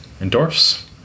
endorse